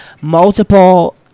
multiple